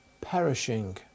perishing